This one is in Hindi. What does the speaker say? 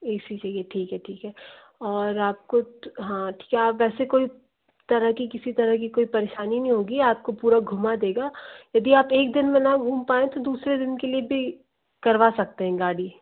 ए सी चाहिए ठीक है ठीक है और आपको हाँ क्या वैसे कोई तरह की किसी तरह की कोई परेशानी नहीं होगी आपको पूरा घुमा देगा यदि आप एक दिन में ना घूम पाएँ तो दूसरे दिन के लिए भी करवा सकते हैं गाड़ी